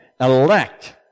elect